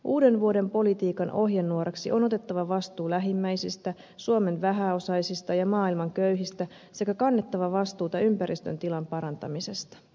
uuden vuoden politiikan ohjenuoraksi on otettava vastuu lähimmäisistä suomen vähäosaisista ja maailman köyhistä sekä kannettava vastuuta ympäristön tilan parantamisest